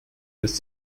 lässt